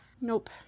Nope